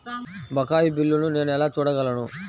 బకాయి బిల్లును నేను ఎలా చూడగలను?